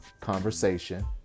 conversation